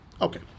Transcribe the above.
Okay